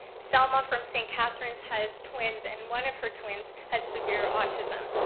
selma from st. catharine's has twins, and one of her twins has severe autism.